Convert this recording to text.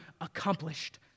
accomplished